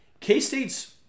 K-State's